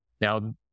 Now